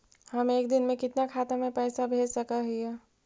हम एक दिन में कितना खाता में पैसा भेज सक हिय?